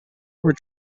were